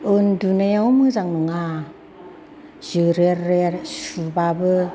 उन्दुनायाव मोजां नङा जोरेर रेर सुबाबो